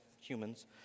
humans